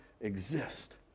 exist